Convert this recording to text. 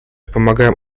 помогаем